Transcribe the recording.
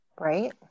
Right